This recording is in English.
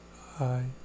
Hi